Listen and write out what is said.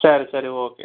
சரி சரி ஓகே